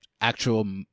actual